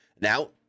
Now